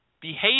behavior